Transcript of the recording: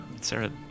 Sarah